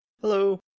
hello